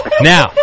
Now